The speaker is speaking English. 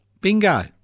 Bingo